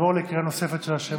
נעבור לקריאה נוספת של השמות.